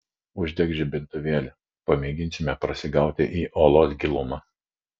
uždek žibintuvėlį pamėginsime prasigauti į olos gilumą